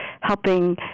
helping